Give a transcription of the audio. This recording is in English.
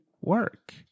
work